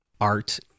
art